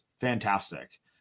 fantastic